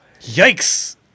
Yikes